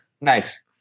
nice